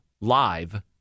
live